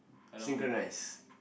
synchronised